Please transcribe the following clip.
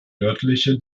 nördliche